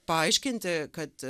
paaiškinti kad